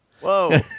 Whoa